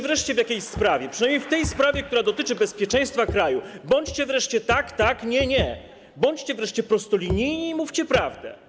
W jakiejś sprawie, przynajmniej w tej sprawie, która dotyczy bezpieczeństwa kraju, bądźcie wreszcie na tak, tak, nie, nie - bądźcie wreszcie prostolinijni i mówicie prawdę.